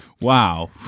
Wow